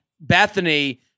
Bethany